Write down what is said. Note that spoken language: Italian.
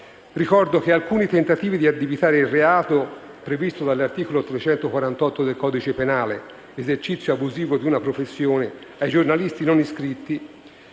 Ricordo che alcuni tentativi di addebitare il reato di cui all'articolo 348 del codice penale (esercizio abusivo di una professione) ai giornalisti non iscritti